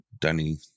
danny